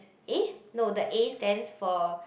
eh no the A stands for